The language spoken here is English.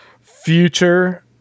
future